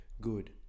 good